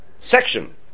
section